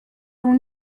był